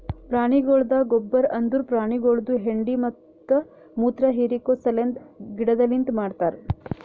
ಪ್ರಾಣಿಗೊಳ್ದ ಗೊಬ್ಬರ್ ಅಂದುರ್ ಪ್ರಾಣಿಗೊಳ್ದು ಹೆಂಡಿ ಮತ್ತ ಮುತ್ರ ಹಿರಿಕೋ ಸಲೆಂದ್ ಗಿಡದಲಿಂತ್ ಮಾಡ್ತಾರ್